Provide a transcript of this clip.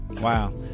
Wow